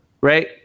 right